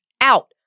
out